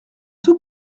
tout